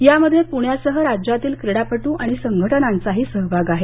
यामध्ये प्रण्यासह राज्यातील क्रीडापट्र आणि संघटनांचाही सहभाग आहे